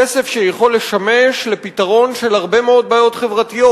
כסף שיכול לשמש לפתרון של הרבה מאוד בעיות חברתיות,